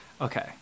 Okay